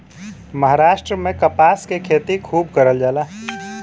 महाराष्ट्र में कपास के खेती खूब करल जाला